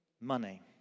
money